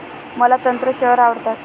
मला तंत्र शेअर आवडतात